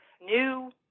new